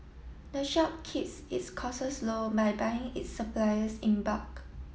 the shop kiss its costs low by buying its supplies in bulk